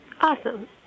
Awesome